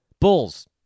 Bulls